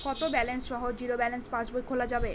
কত ব্যালেন্স সহ zero balance পাসবই খোলা যাবে?